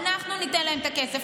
אנחנו ניתן להם את הכסף.